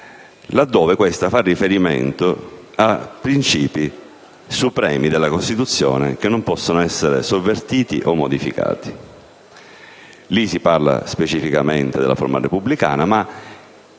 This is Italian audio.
laddove questa fa riferimento a principi supremi della Costituzione che non possono essere sovvertiti o modificati. In tale sentenza si parla specificamente della forma repubblicana, ma